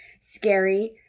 scary